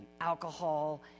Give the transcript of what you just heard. alcohol